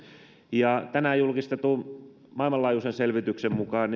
ja tänään julkistetun maailmanlaajuisen selvityksen mukaan